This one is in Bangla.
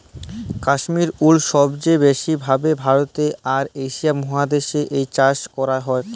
কাশ্মির উল সবচে ব্যাসি ভাবে ভারতে আর এশিয়া মহাদেশ এ চাষ করাক হয়ক